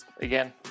again